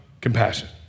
compassion